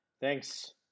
Thanks